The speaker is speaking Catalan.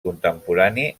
contemporani